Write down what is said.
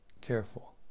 careful